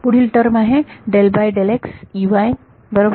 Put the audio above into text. पुढील टर्म आहे बरोबर